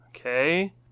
Okay